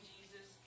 Jesus